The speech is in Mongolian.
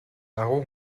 агуу